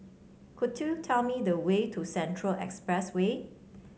could you tell me the way to Central Expressway